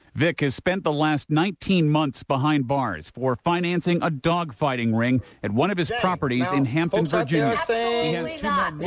vick has spent the last nineteen months behind bars for financing a dog-fighting ring at one of his properties in hampton, virginia. he um yeah